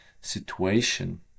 situation